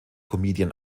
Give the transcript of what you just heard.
comedian